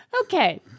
Okay